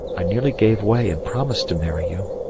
i nearly gave way and promised to marry you.